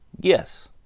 Yes